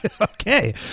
Okay